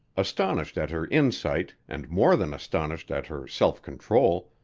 astonished at her insight and more than astonished at her self-control,